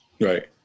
right